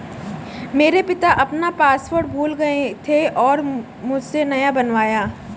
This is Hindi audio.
मेरे पिता अपना पासवर्ड भूल गए थे और मुझसे नया बनवाया